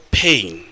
pain